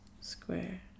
square